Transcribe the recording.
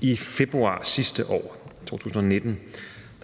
I februar sidste år, i 2019,